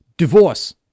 Divorce